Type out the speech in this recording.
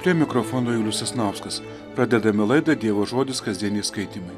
prie mikrofono julius sasnauskas pradedame laidą dievo žodis kasdieniai skaitymai